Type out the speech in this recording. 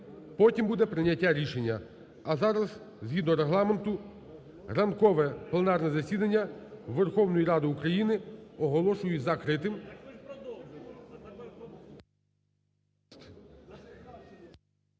потім буде прийняття рішення, а зараз згідно Регламенту ранкове пленарне засідання Верховної Ради України оголошую закритим.